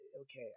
okay